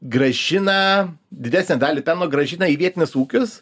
grąžina didesnę dalį pelno grąžina į vietinius ūkius